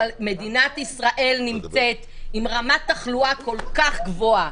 מדינת ישראל נמצאת ברמת תחלואה כל כך גבוהה,